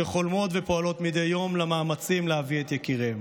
שחולמות ופועלות מדי יום במאמצים להביא את יקיריהן.